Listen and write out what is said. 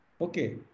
Okay